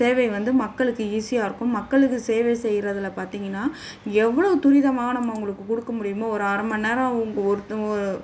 சேவை வந்து மக்களுக்கு ஈஸியாக இருக்கும் மக்களுக்கு சேவை செய்யறதுல பார்த்தீங்கன்னா எவ்வளோ துரிதமாக நம்ம அவங்களுக்கு கொடுக்க முடியுமோ ஒரு அரைமண் நேரம் ஒருத்தங்க